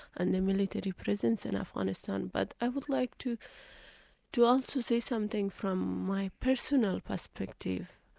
and the military presence in afghanistan. but i would like to to also say something from my personal perspective,